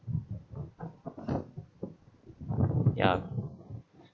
ya